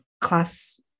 class